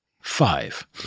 five